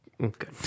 Good